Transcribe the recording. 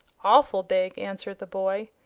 awful big! answered the boy.